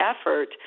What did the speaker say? effort